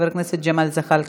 חבר הכנסת ג'מאל זחאלקה,